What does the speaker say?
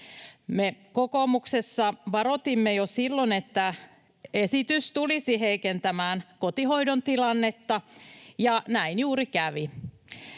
Me kokoomuksessa varoitimme jo silloin, että esitys tulisi heikentämään kotihoidon tilannetta, ja näin juuri kävi.